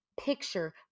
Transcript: Picture